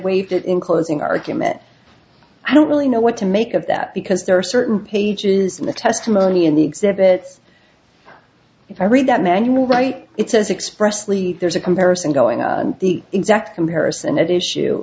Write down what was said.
it in closing argument i don't really know what to make of that because there are certain pages in the testimony in the exhibits if i read that manual right it says expressly there's a comparison going on the exact comparison at issue